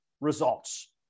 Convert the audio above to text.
results